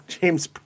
James